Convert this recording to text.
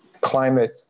climate